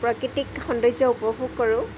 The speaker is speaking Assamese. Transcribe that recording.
প্ৰাকৃতিক সৌন্দৰ্য উপভোগ কৰোঁ